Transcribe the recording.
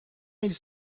ils